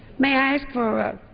may i ask for